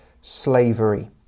slavery